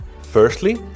Firstly